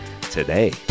today